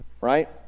Right